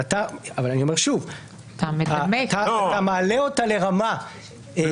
אבל אני אומר שוב שאתה מעלה אותה לרמה חוקתית.